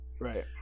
right